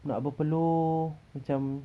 nak berpeluh macam